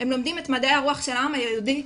הם לומדים את מדעי הרוח של העם היהודי.